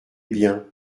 bien